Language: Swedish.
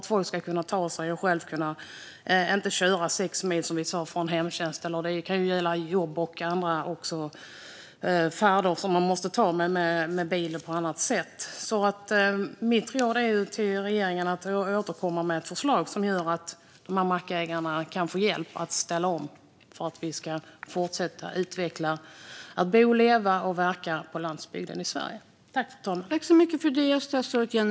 Folk ska inte behöva köra sex mil i jobbet eller annars för att kunna tanka, så mitt råd till regeringen är att återkomma med ett förslag som gör att mackägarna får hjälp att ställa så att vi kan fortsätta att bo, leva och verka på landsbygden.